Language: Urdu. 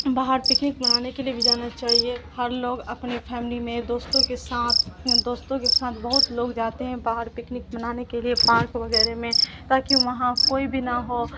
باہر پکنک بنانے کے لیے بھی جانا چاہیے ہر لوگ اپنے فیملی میں دوستوں کے ساتھ دوستوں کے ساتھ بہت لوگ جاتے ہیں باہر پکنک بنانے کے لیے پارک وغیرہ میں تاکہ وہاں کوئی بھی نہ ہو